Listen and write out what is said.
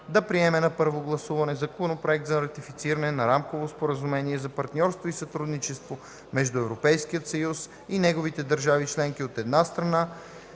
да приеме на първо гласуване Законопроект за ратифициране на Рамково споразумение за партньорство и сътрудничество между Европейския съюз и неговите държави членки, от една страна,